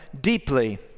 deeply